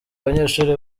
abanyeshuri